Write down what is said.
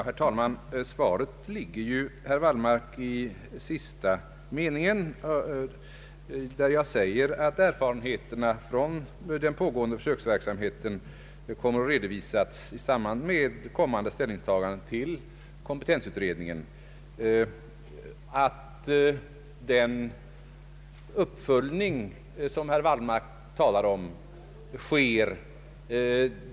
Herr talman! Svaret ligger ju i sista meningen, där jag säger att erfarenhe terna från den pågående försöksverksamheten kommer att redovisas i samband med ett kommande ställningstagande till kompetensutredningen. Jag kan försäkra att den uppföljning som herr Wallmark talar om sker.